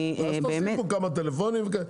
תוסיפו כמה טלפונים.